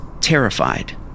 terrified